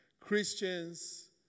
Christians